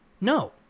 No